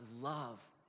love